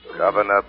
Governor